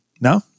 No